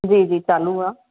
जी जी चालू आहे